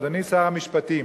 אדוני שר המשפטים,